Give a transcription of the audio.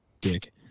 dick